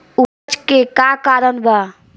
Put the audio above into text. अपच के का कारण बा?